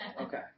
Okay